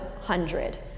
hundred